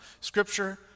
Scripture